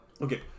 Okay